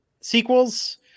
Sequels